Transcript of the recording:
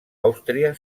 àustria